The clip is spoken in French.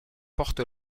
porte